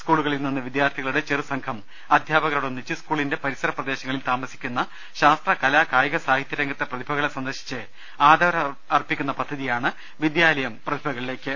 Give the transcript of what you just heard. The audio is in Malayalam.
സ്കൂളുക ളിൽനിന്ന് വിദ്യാർഥികളുടെ ചെറുസംഘം അധ്യാപകരോടൊന്നിച്ച് സ്കൂളിന്റെ പരിസര പ്രദേശങ്ങളിൽ താമസിക്കുന്ന ശാസ്ത്ര കലാ കാ യിക സാഹിത്യരംഗത്തെ പ്രതിഭകളെ സന്ദർശിച്ച് ആദരവർപ്പിക്കുന്ന പദ്ധ തിയാണ് വിദ്യാലയം പ്രതിഭകളിലേക്ക്